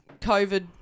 COVID